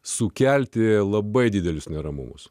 sukelti labai didelius neramumus